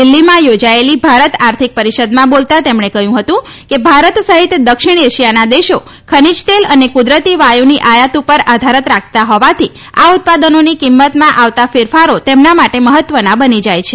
દિલ્ફીમાં યોજાયેલી ભારત આર્થિક પરિષદમાં બોલતા તેમણે કહ્યું હતું કે ભારત સહિત દક્ષિણ એશિયાના દેશો ખનીજ તેલ અને કુદરતી વાયુની આયાત ઉપર આધાર રાખતા હોવાથી આ ઉત્પાદનોની કિંમતમાં આવતા ફેરફારો તેમના માટે મહત્વના બની જાય છે